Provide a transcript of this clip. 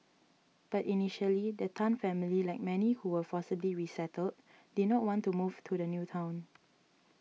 but initially the Tan family like many who were forcibly resettled did not want to move to the new town